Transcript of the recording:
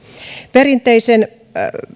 perinteisen